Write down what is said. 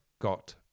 got